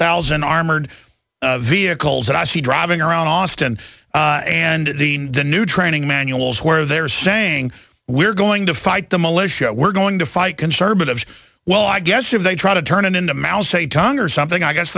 thousand armored vehicles that i see driving around austin and the new training manuals where they're saying we're going to fight the militia we're going to fight conservatives well i guess if they try to turn it into mouse a tongue or something i guess